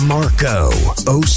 Marco